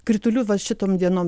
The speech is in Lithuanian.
kritulių va šitom dienom